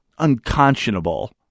unconscionable